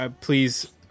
please